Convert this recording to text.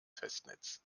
festnetz